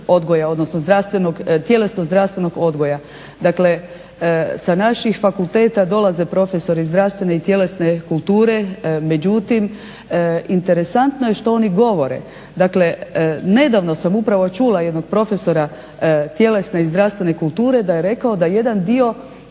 tjelesno-zdravstvenog odgoja. Dakle sa naših fakulteta dolaze profesori zdravstvene i tjelesne kulture, međutim interesantno je što oni govore. Dakle nedavno sam upravo čula jednog profesora tjelesne i zdravstvene kulture da je rekao da jedan dio